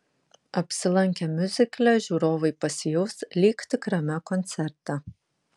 apsilankę miuzikle žiūrovai pasijaus lyg tikrame koncerte